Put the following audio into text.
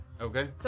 Okay